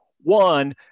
one